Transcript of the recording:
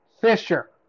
Fisher